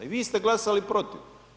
I vi ste glasali protiv.